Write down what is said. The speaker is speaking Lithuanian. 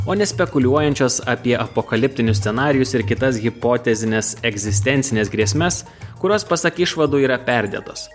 o ne spekuliuojančios apie apokaliptinius scenarijus ir kitas hipotezes egzistencines grėsmes kurios pasak išvadų yra perdėtos